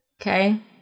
Okay